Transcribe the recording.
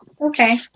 Okay